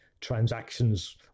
transactions